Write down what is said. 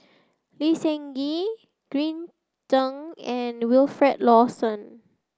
Lee Seng Gee Green Zeng and Wilfed Lawson